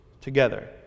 Together